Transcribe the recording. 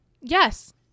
Yes